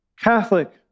Catholic